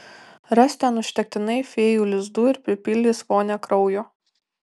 ras ten užtektinai fėjų lizdų ir pripildys vonią kraujo